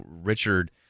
Richard